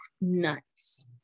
nuts